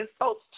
insults